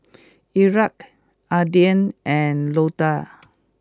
Erik Adin and Loda